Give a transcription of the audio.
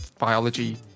biology